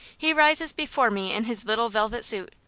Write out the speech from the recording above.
he rises before me in his little velvet suit,